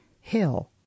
Hill